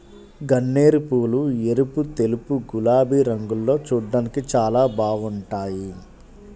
గన్నేరుపూలు ఎరుపు, తెలుపు, గులాబీ రంగుల్లో చూడ్డానికి చాలా బాగుంటాయ్